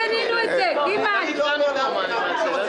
בושה וחרפה.